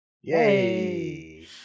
Yay